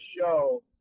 show